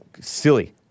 silly